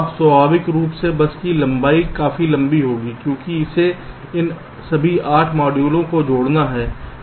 अब स्वाभाविक रूप से बस की लंबाई काफी लंबी होगी क्योंकि इसे इन सभी 8 मॉड्यूल को जोड़ना है